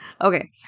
Okay